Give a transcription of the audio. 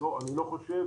אני לא חושב.